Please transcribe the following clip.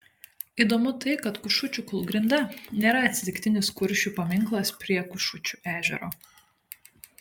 įdomu tai kad kašučių kūlgrinda nėra atsitiktinis kuršių paminklas prie kašučių ežero